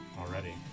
already